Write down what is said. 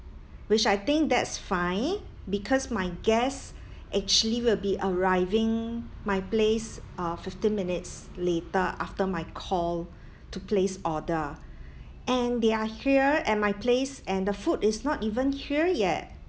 which I think that's fine because my guests actually will be arriving my place uh fifteen minutes later after my call to place order and they are here at my place and the food is not even here yet